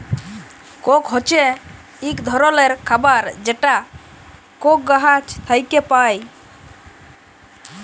Coke হছে ইক ধরলের খাবার যেটা কোক গাহাচ থ্যাইকে পায়